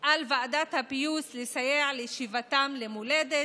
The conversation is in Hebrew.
"על ועדת הפיוס לסייע לשיבתם למולדת,